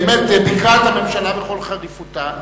באמת, ביקרה את הממשלה בכל חריפותה,